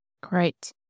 Great